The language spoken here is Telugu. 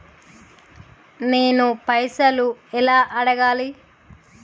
నేను పైసలు ఎలా అడగాలి?